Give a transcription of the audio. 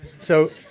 so,